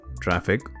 traffic